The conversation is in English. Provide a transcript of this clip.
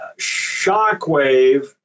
shockwave